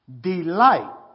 delight